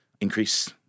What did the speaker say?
increase